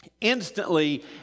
instantly